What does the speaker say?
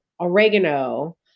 oregano